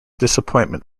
disappointment